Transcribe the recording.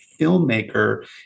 filmmaker